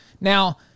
Now